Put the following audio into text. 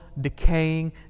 decaying